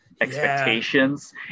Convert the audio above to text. expectations